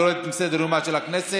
והיא יורדת מסדר-יומה של הכנסת.